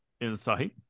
insight